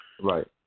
Right